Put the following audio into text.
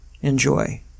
Enjoy